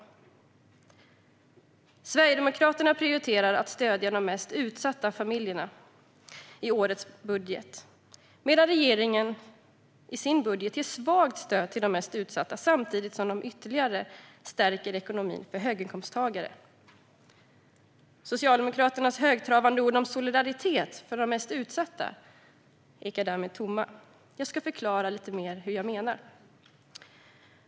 I årets budget prioriterar Sverigedemokraterna att stödja de mest utsatta familjerna medan regeringens budget ger svagt stöd till de mest utsatta samtidigt som de ytterligare stärker ekonomin för höginkomsttagare. Socialdemokraternas högtravande ord om solidaritet för de mest utsatta ekar därmed tomma. Jag ska förklara lite mer hur jag menar.